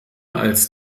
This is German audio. als